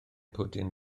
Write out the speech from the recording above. pwdin